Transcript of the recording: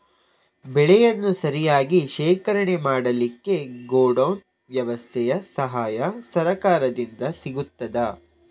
ಬೆಳೆಯನ್ನು ಸರಿಯಾಗಿ ಶೇಖರಣೆ ಮಾಡಲಿಕ್ಕೆ ಗೋಡೌನ್ ವ್ಯವಸ್ಥೆಯ ಸಹಾಯ ಸರಕಾರದಿಂದ ಸಿಗುತ್ತದಾ?